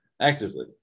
actively